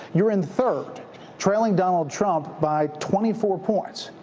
you're in third trailing donald trump by twenty four points.